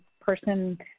person